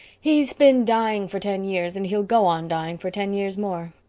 he's been dying for ten years and he'll go on dying for ten years more.